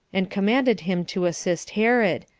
and commanded him to assist herod,